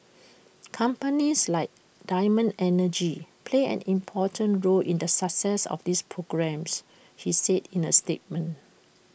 companies like diamond energy play an important role in the success of these programmes he said in A statement